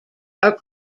are